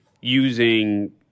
using